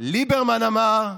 ליברמן אמר: